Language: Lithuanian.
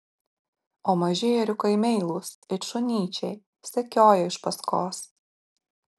o maži ėriukai meilūs it šunyčiai sekioja iš paskos